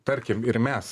tarkim ir mes